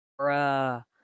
Bruh